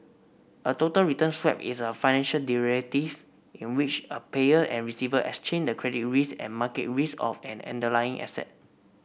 a total return swap is a financial derivative in which a payer and receiver exchange the credit risk and market risk of an underlying asset